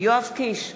יואב קיש,